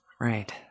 Right